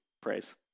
praise